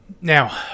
Now